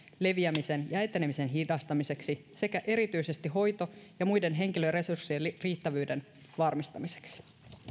leviämisen ja etenemisen hidastamiseksi sekä erityisesti hoito ja muiden henkilöresurssien riittävyyden varmistamiseksi